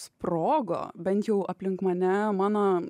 sprogo bent jau aplink mane mano